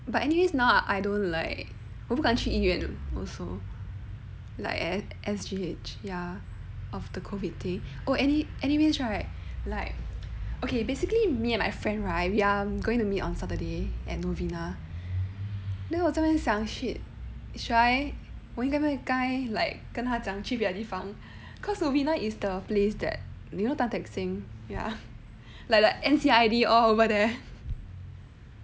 but anyways now I don't like 我不敢去医院 also like at S_G_H ya of the COVID thing anyways right like okay basically me and my friend right we are going to meet on saturday at novena then 我在想 like 我应不应该跟他讲去别的地方 cause you know like novena is the place that the tan tock seng ya like the N_C_I_D all over there